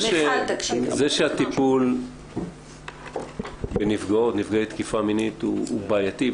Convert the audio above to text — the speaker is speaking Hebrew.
זה שהטיפול בנפגעות/נפגעי תקיפה מינית הוא בעייתי,